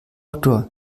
doktor